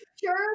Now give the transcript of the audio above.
sure